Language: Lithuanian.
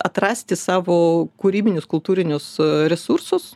atrasti savo kūrybinius kultūrinius resursus